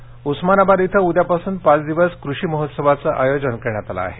महोत्सव उस्मानाबाद इथं उद्यापासून पाच दिवस कृषी महोत्सवाचं आयोजन करण्यात आलं आहे